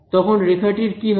তখন রেখাটির কি হবে